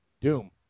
Doom